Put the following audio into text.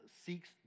seeks